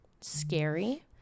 scary